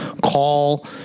Call